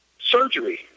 surgery